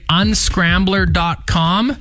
unscrambler.com